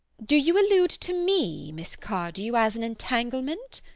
do you allude to me, miss cardew, as an entanglement?